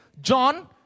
John